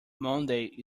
monday